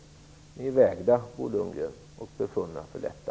Ni är vägda, Bo Lundgren, och befunna för lätta.